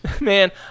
man